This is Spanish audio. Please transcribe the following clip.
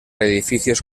edificios